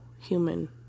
human